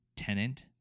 Tenant